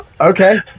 Okay